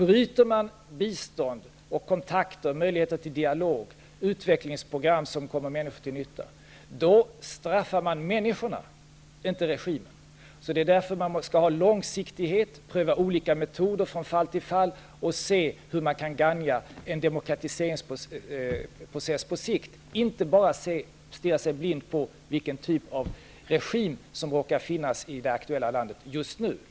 Bryter man bistånd och kontakter, möjligheter till dialog och utvecklingsprogram som kommer människor till nytta, straffar man människorna -- inte regimen. Det är därför man skall ha långsiktighet, pröva olika metoder från fall till fall och se hur man kan gagna en demokratiseringsprocess på sikt och inte bara stirra sig blind på vilken typ av regim som råkar finnas i det aktuella landet just nu.